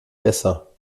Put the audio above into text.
besser